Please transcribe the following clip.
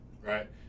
right